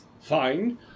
fine